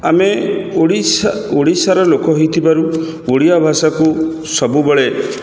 ଆମେ ଓଡ଼ିଶା ଓଡ଼ିଶାର ଲୋକ ହେଇଥିବାରୁ ଓଡ଼ିଆ ଭାଷାକୁ ସବୁବେଳେ